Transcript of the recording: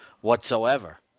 whatsoever